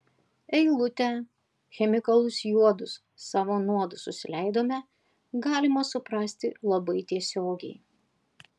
eilutę chemikalus juodus savo nuodus susileidome galima suprasti labai tiesiogiai